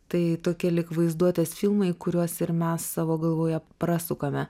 tai tokie lyg vaizduotės filmai kuriuos ir mes savo galvoje prasukame